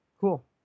Cool